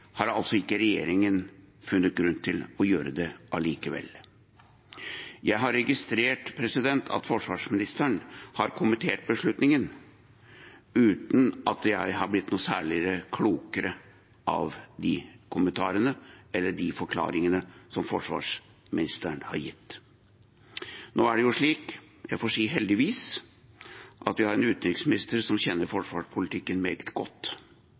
har altså regjeringen ikke funnet grunn til å gjøre det allikevel. Jeg har registrert at forsvarsministeren har kommentert beslutningen – uten at jeg har blitt noe særlig klokere av de kommentarene eller forklaringene som forsvarsministeren har gitt. Nå er det slik – heldigvis, får jeg si – at vi har en utenriksminister som kjenner forsvarspolitikken meget godt.